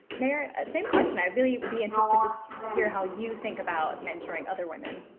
mayor, same question, i'd really be interested to hear how you think about mentoring other women.